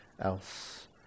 else